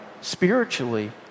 spiritually